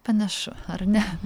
panašu ar ne